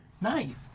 Nice